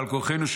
בעל כורחינו,